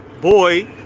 boy